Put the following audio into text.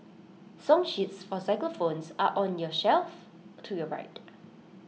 song sheets for xylophones are on your shelf to your right